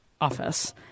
office